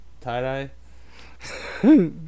tie-dye